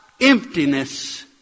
emptiness